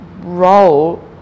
role